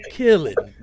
killing